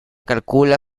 calcula